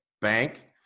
bank